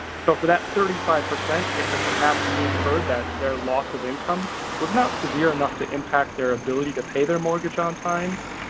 so for that thirty five percent it could perhaps be inferred that their loss of income was not severe enough to impact their ability to pay their mortgage on time.